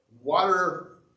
water